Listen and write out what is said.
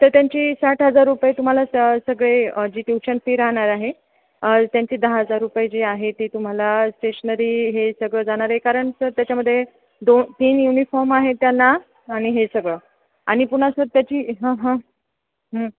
तर तर त्यांची साठ हजार रुपये तुम्हाला स सगळे जी ट्युशन फी राहणार आहे त्यांची दहा हजार रुपये जी आहे ती तुम्हाला स्टेशनरी हे सगळं जाणार आहे कारण सर त्याच्यामध्ये दोन तीन युनिफॉर्म आहे त्याना आणि हे सगळं आणि पुन्हा सर त्याची